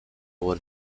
were